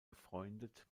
befreundet